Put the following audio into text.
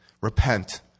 repent